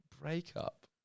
breakup